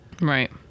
Right